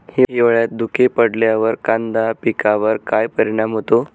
हिवाळ्यात धुके पडल्यावर कांदा पिकावर काय परिणाम होतो?